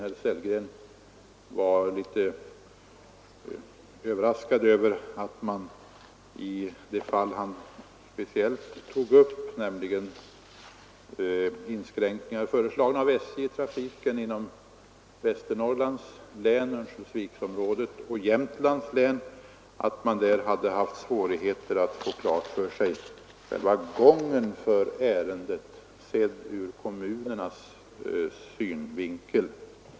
Herr Sellgren var litet överraskad över att man i det speciella fall som han tog upp, nämligen av SJ föreslagna inskränkningar i trafiken inom Västernorrlands län, Örnsköldsvikområdet och Jämtlands län, hade haft svårigheter att få besked om gången i ärendet sett ur kommunernas synvinkel.